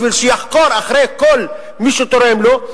בשביל שיחקור אחרי כל מי שתורם לו,